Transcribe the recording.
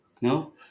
No